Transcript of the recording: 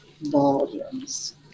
volumes